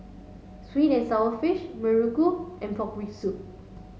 sweet and sour fish Muruku and pork rib soup